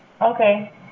Okay